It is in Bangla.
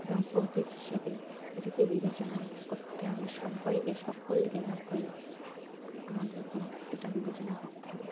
এবং প্রতীক হিসেবে এটাকে বিবেচনা করতে হবে সবাইকে সকলকে এক হয়ে আমাদেরকে এটা বিবেচনা করতে হবে